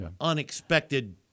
unexpected